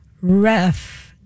Ref